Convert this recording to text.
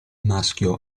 maschio